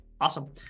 Awesome